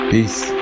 Peace